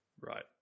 right